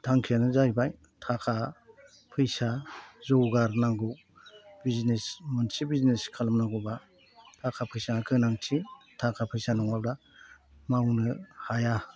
थांखियानो जाहैबाय थाखा फैसा जौ गारनांगौ मोनसे बिजनेस खालमनांगौबा थाखा फैसानि गोनांथि थाखा फैसा नङाब्ला मावनो हाया